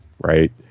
Right